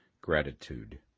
gratitude